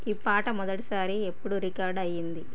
ఈ పాట మొదటిసారి ఎప్పుడు రికార్డ్ అయ్యింది